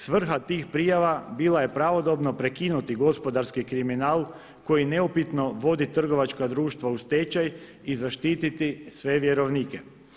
Svrha tih prijava bila je pravodobno prekinuti gospodarski kriminal koji neupitno vodi trgovačka društva u stečaj i zaštititi sve vjerovnike.